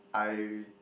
I